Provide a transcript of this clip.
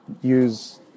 use